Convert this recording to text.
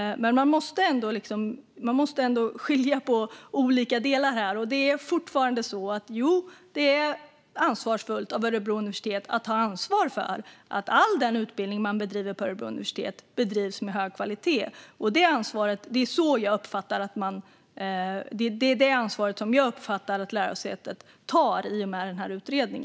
Men man måste skilja på olika delar här, och det är fortfarande så att det är ansvarsfullt av Örebro universitet att ta ansvar för att all den utbildning man bedriver på Örebro universitet bedrivs med hög kvalitet. Det är det ansvaret jag uppfattar att lärosätet tar i och med denna utredning.